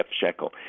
shekel